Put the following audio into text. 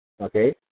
Okay